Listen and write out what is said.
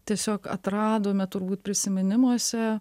tiesiog atradome turbūt prisiminimuose